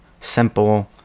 simple